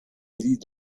lit